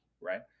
Right